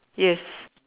yes